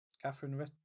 Catherine